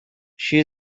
she